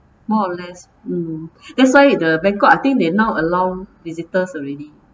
more or less mm that's why the bangkok I think they now allow visitors already